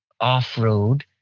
off-road